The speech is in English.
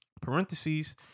parentheses